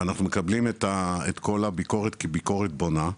ואנחנו מקבלים את כל הביקורת כביקורת בונה,